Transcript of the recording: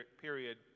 period